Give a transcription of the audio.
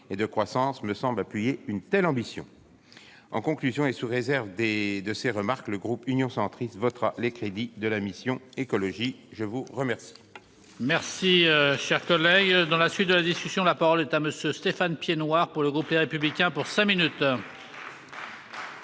et de croissance, me semble appuyer une telle ambition. En conclusion, et sous réserve de ces remarques, le groupe Union Centriste votera les crédits de la mission « Écologie, développement et